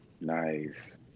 nice